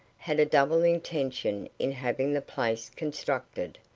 had a double intention in having the place constructed.